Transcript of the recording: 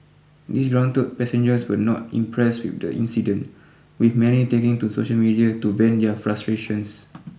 disgruntled passengers were not impressed with the incident with many taking to social media to vent their frustrations